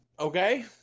Okay